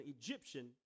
Egyptian